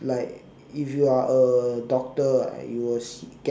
like if you are a doctor I you will see